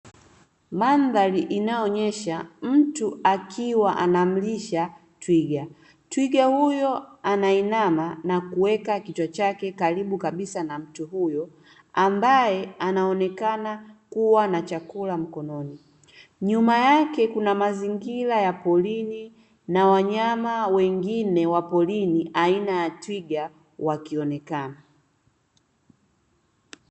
Mandhari inayoonyesha mtu akiwa anamlisha twiga. Twiga huyo anainama na kuweka kichwa chake karibu kabisa na mtu huyo ambaye anaonekana kuwa na chakula mkononi. Nyuma yake kuna mazingira ya porini na wanyama wengine wa porini aina ya twiga wakionekana.